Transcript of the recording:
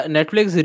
Netflix